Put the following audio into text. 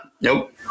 Nope